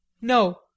No